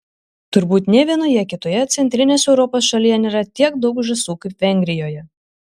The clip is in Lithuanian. turbūt nė vienoje kitoje centrinės europos šalyje nėra tiek daug žąsų kaip vengrijoje